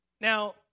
Now